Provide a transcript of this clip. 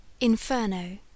Inferno